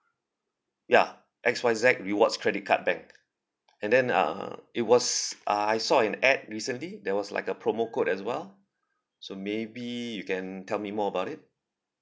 ya X Y Z rewards credit card bank and then uh it was uh I saw an ad recently there was like a promo code as well so maybe you can tell me more about it